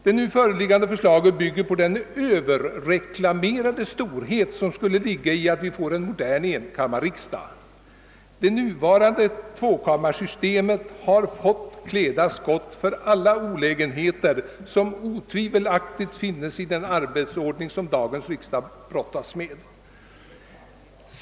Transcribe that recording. Det nu föreliggande förslaget bygger på den Ööverreklamerade storhet som skulle ligga i att vi får en modern enkammarriksdag. Det nuvarande tvåkammarsystemet har fått kläda skott för alla olägenheter som otvivelaktigt finns i den arbetsordning som dagens riksdag brottas med.